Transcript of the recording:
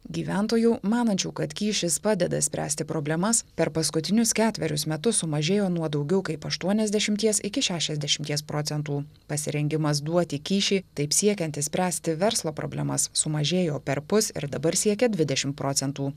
gyventojų manančių kad kyšis padeda spręsti problemas per paskutinius ketverius metus sumažėjo nuo daugiau kaip aštuoniasdešimies iki šešiasdešimies procentų pasirengimas duoti kyšį taip siekiant išspręsti verslo problemas sumažėjo perpus ir dabar siekia dvidešim procentų